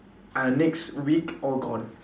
uh next week all gone